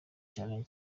cyane